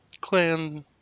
Clan